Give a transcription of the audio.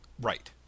Right